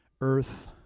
earth